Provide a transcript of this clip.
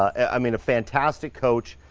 i mean a fantastic coach.